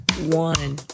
one